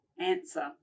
answer